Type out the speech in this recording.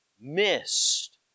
missed